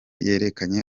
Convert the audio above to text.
yerekanye